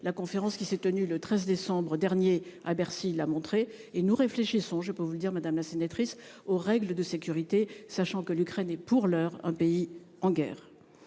La conférence qui s'est tenue le 13 décembre dernier à Bercy, il a montré et nous réfléchissons, je peux vous le dire, madame la sénatrice aux règles de sécurité, sachant que l'Ukraine est pour l'heure un pays en guerre.